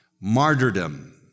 Martyrdom